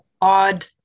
odd